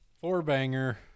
Four-banger